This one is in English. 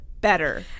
better